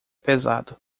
pesado